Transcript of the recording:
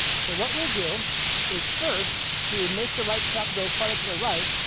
so what we'll do is first, to make the right stop go farther to the right,